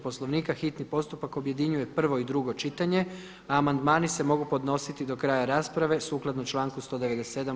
Poslovnika hitni postupak objedinjuje prvo i drugo čitanje, a amandmani se mogu podnositi do kraja rasprave sukladno članku 197.